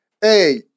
hey